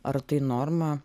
ar tai norma